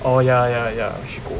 oh ya ya ya 我去过